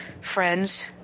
friends